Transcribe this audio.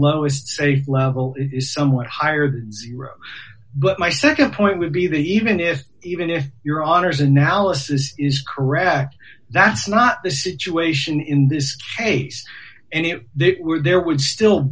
lowest level is somewhat higher but my nd point would be that even if even if your honour's analysis is correct that's not the situation in this case and if there were there would still